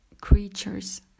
creatures